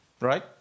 right